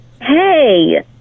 Hey